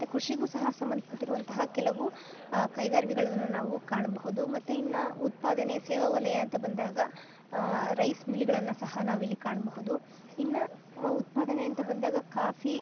ಮತ್ತು ಕೃಷಿಗು ಸಹ ಸಂಬಂಧಪಟ್ಟಿರುವಂತಹ ಕೆಲವು ಕೈಗಾರಿಕೆಗಳನ್ನು ನಾವು ಕಾಣಬಹುದು ಮತ್ತು ಇನ್ನು ಉತ್ಪಾದನೆ ಸೇವಾ ವಲಯ ಅಂತ ಬಂದಾಗ ರೈಸ್ ಮಿಲ್ಲ್ಗಳನ್ನು ಸಹ ನಾವಿಲ್ಲಿ ಕಾಣಬಹುದು ಇನ್ನು ಉತ್ಪಾದನೆ ಅಂತ ಬಂದಾಗ ಕಾಫಿ